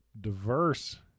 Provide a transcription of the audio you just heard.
diverse